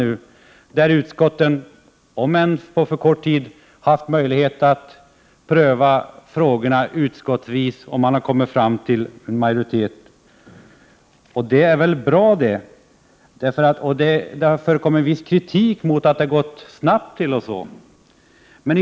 Utskotten har ju, även om det gällde en kort tid, haft möjlighet att pröva frågorna utskottsvis för att på det sättet komma fram till en majoritet. Det är väl bra. Men det har riktats viss kritik mot t.ex. den alltför snabba hanteringen.